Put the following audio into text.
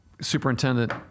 Superintendent